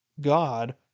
God